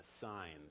signs